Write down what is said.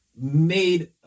made